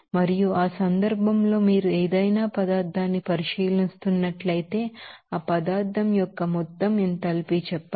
మరియు ఆ సందర్భంలో మీరు ఏదైనా పదార్థాన్ని పరిశీలిస్తున్నట్లయితే ఆ పదార్థం యొక్క మొత్తం ఎంథాల్పీ చెప్పండి